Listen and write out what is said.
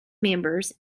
members